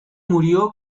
murió